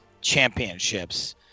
championships